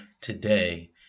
today